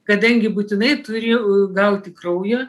kadangi būtinai turi gauti kraujo